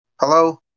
Hello